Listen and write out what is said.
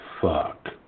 fuck